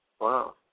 Wow